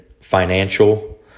financial